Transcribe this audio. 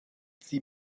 sie